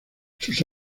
sus